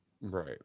right